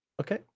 Okay